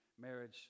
marriage